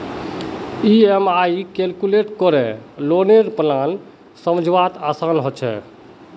EMI calculate करे लौनेर plan समझवार आसान ह छेक